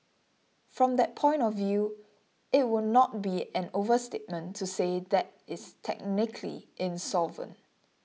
from that point of view it would not be an overstatement to say that is technically insolvent